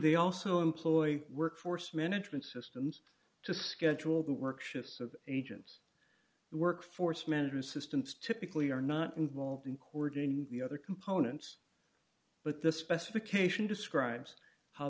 they also employ workforce management systems to schedule the work shifts of agents the workforce management systems typically are not involved in coordinating the other components but this specification describes how